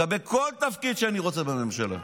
לקבל כל תפקיד שאני רוצה בממשלה,